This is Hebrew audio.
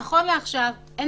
בבקשה, אודי.